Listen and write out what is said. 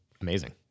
amazing